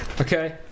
Okay